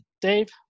Dave